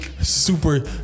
super